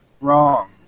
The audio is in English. Wrong